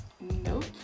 Nope